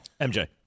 MJ